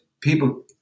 people